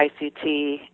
ICT